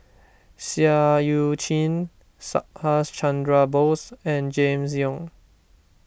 Seah Eu Chin Subhas Chandra Bose and James Yong